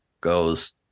goes